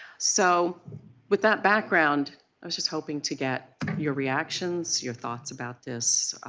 so with that background, i was just hoping to get your reactions, your thoughts about this